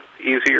easier